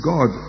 God